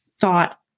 thought